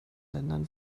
ländern